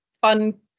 fun